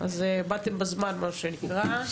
אז באתם בזמן מה שנקרא,